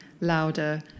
louder